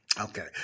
okay